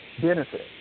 benefit